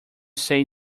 say